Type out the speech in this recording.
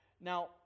Now